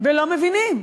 ולא מבינים.